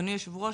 אדוני היושב ראש,